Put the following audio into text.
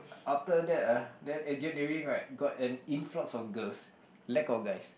after that uh then engineering right got an influx of girls lack of guys